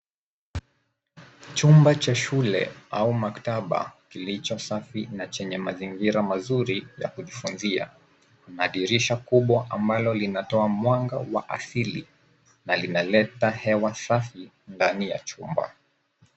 Chumba cha shule au maktaba kilicho safi na chenye mazingira masafi ya kujifunzia. Madirisha kubwa amabalo linatoa mwanga wa asili na linaleta hewa safi ndani ya chumba.